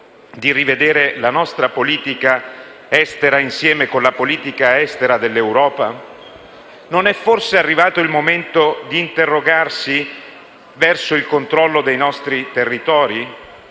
Non è forse arrivato il momento di interrogarsi a proposito del controllo dei nostri territori?